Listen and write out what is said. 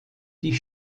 die